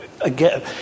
again